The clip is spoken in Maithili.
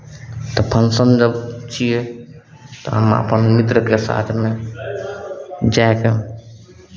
तऽ फँक्शन जब छियै तऽ अहाँ अपन मित्रके साथमे जाए कऽ